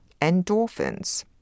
endorphins